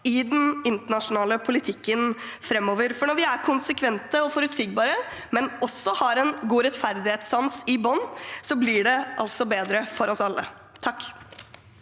i den internasjonale politikken framover. Når vi er konsekvente og forutsigbare, men også har en god rettferdighetssans i bunnen, blir det bedre for oss alle.